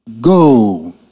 Go